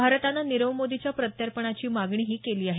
भारतानं निरव मोदीच्या प्रत्यार्पणाची मागणीही केली आहे